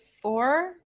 four